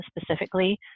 specifically